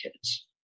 kids